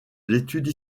l’étude